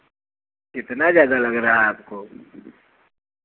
कितना ज़्यादा लग रहा है आपको